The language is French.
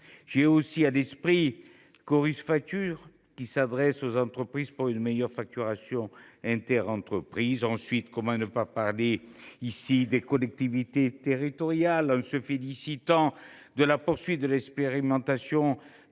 J’ai aussi à l’esprit le portail Chorus factures, qui s’adresse aux entreprises pour une meilleure facturation interentreprises. Ensuite, comment ne pas parler ici des collectivités territoriales, en se félicitant de la poursuite de l’expérimentation du compte